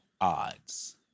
odds